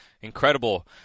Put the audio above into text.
Incredible